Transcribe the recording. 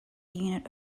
unit